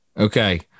Okay